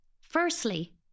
firstly